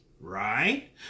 Right